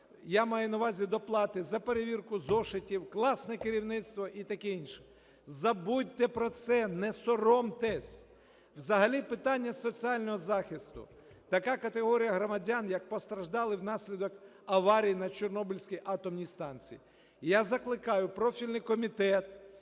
я маю на увазі доплати за перевірку зошитів, класне керівництво і таке інше? Забудьте про це, не соромтесь. Взагалі питання соціального захисту, така категорія громадян як постраждалі внаслідок аварії на Чорнобильській атомній станції. Я закликаю профільний комітет